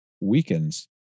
Weakens